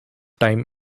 time